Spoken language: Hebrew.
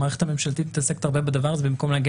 המערכת הממשלתית מתעסקת הרבה בדבר הזה במקום להגיע